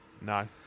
no